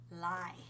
lie